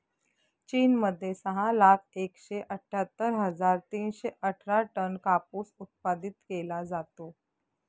चीन मध्ये सहा लाख एकशे अठ्ठ्यातर हजार तीनशे अठरा टन कापूस उत्पादित केला जातो